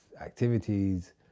activities